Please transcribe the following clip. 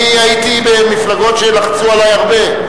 אני הייתי במפלגות שלחצו עלי הרבה.